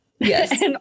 Yes